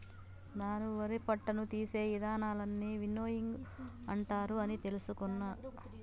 నాను వరి పొట్టును తీసే ఇదానాలన్నీ విన్నోయింగ్ అంటారు అని తెలుసుకున్న